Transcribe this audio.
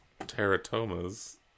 teratomas